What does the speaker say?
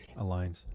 aligns